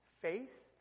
Faith